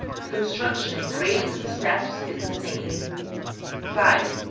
the construction in grades and steps is the same five,